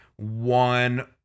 one